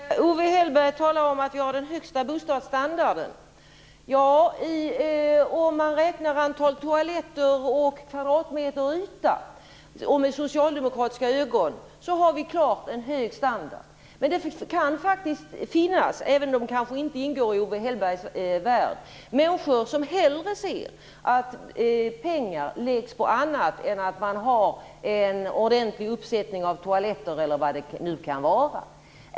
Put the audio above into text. Herr talman! Owe Hellberg talade om att vi har den högsta bostadsstandarden. Ja, om man räknar antal toaletter och kvadratmeter i yta. Med socialdemokratiska ögon har vi klart en hög standard. Men det kan faktiskt finnas, även om de kanske inte ingår i Owe Hellbergs värld, människor som hellre ser att pengarna läggs på annat än att man har en ordentlig uppsättning av toaletter eller vad det nu kan vara.